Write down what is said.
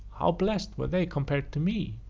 how bless'd were they compar'd to me